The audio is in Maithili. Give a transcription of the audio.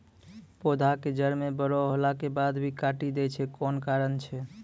पौधा के जड़ म बड़ो होला के बाद भी काटी दै छै कोन कारण छै?